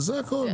זה הכל.